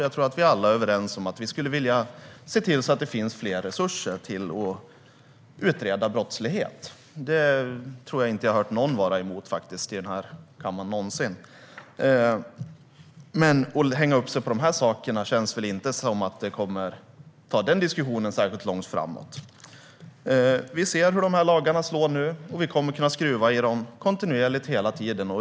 Jag tror att alla är överens om att vi skulle vilja se till att det finns mer resurser för att utreda brottslighet. Jag tror inte att jag någonsin har hört någon i kammaren vara emot det. Att hänga upp sig på de här sakerna kommer dock inte att leda den diskussionen särskilt långt framåt. Nu får vi se hur lagarna kommer att slå, och vi kommer att kunna skruva i dem hela tiden.